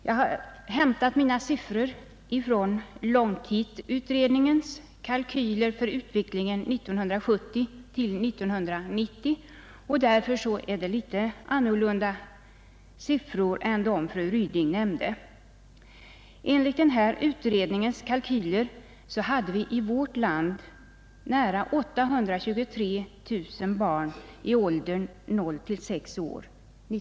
Jag har hämtat mina siffror i detta sammanhang från långtidsutredningens kalkyler för utvecklingen 1970—1990, och de skiljer sig därför något från dem som fru Ryding nämnde. Enligt denna utrednings kalkyler hade vi 1970 i vårt land nära 823 000 barn i åldern 0—6 år.